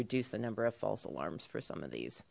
reduce the number of false alarms for some of these